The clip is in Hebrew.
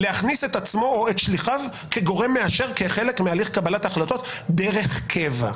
להכניס את עצמו או את שליחו כגורם מאשר כחלק מהליך קבלת החלטות דרך קבע.